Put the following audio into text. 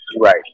Right